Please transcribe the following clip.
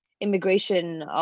immigration